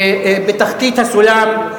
בתחתית הסולם.